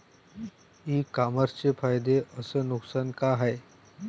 इ कामर्सचे फायदे अस नुकसान का हाये